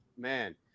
Man